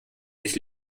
sich